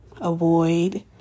avoid